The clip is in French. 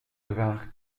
devinrent